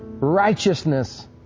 Righteousness